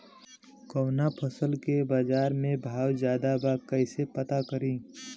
कवना फसल के बाजार में भाव ज्यादा बा कैसे पता करि?